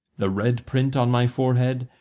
the red print on my forehead,